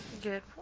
Good